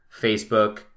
facebook